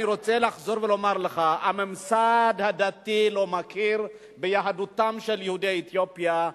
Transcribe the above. אני רוצה לחזור ולומר לך: הממסד הדתי לא מכיר ביהדותם של יהודי אתיופיה,